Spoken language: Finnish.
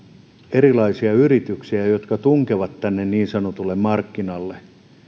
erilaisia yrityksiä jotka tunkevat tänne niin sanotulle markkinalle